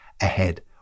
ahead